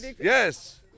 Yes